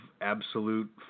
absolute